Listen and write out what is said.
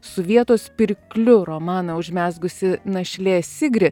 su vietos pirkliu romaną užmezgusi našlė sigri